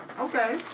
Okay